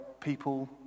people